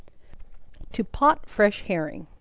to pot fresh herring.